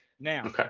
Now